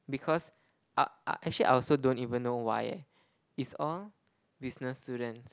because I I actually I also don't even know why eh it's all business students